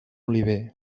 oliver